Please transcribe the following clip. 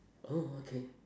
oh okay